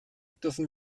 dürfen